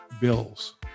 Bills